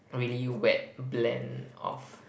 really wet blend of